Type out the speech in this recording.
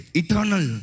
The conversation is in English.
eternal